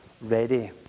ready